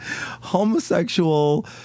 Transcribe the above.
Homosexual